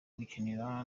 gukinana